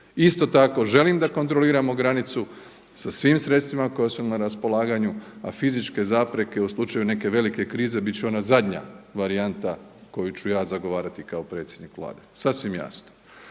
Isto tako želim da kontroliramo granicu sa svim sredstvima koja su nam na raspolaganju, a fizičke zapreke u slučaju neke velike krize bit će ona zadnja varijanta koju ću ja zagovarati kao predsjednik Vlade, sasvim jasno.